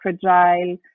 fragile